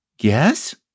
Yes